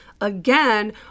Again